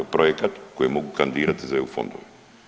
Projekat koji mogu kandidirati za EU fondove.